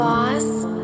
Boss